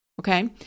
Okay